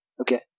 Okay